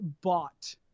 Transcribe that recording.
bought